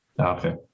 Okay